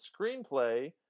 Screenplay